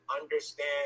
understand